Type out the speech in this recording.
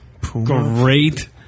great